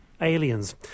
aliens